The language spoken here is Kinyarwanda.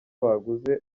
baguze